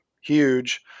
huge